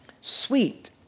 sweet